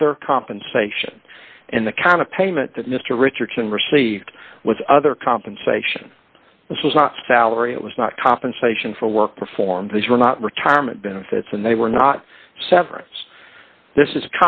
other compensation and the kind of payment that mr richardson received with other compensation was not salary it was not compensation for work performed these were not retirement benefits and they were not severance